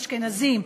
אשכנזים,